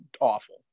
awful